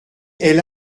elle